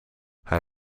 hij